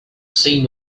seem